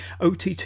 OTT